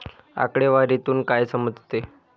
आकडेवारीतून काय समजते?